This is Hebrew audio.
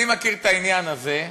אני מכיר את העניין הזה,